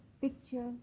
picture